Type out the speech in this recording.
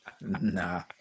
Nah